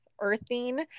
earthing